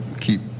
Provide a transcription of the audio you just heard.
keep